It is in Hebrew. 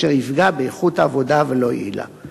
אשר יפגע באיכות העבודה ולא יועיל לה.